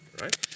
right